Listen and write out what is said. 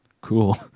Cool